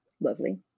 lovely